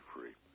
free